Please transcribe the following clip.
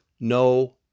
no